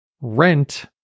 rent